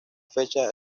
fecha